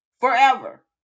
forever